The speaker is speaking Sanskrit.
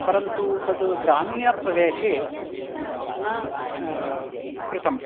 परन्तु तद् ग्रामीणप्रदेशे न कृतं